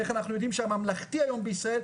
איך אנחנו יודעים שהממלכתי היום בישראל,